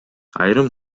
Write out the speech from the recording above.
айрым